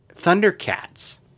Thundercats